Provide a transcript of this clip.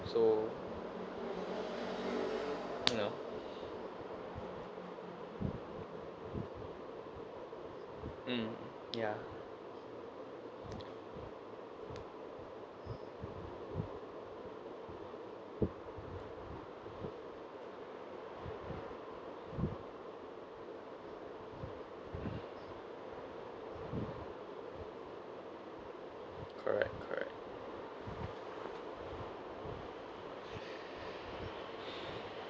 so you know mm ya correct correct